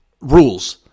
rules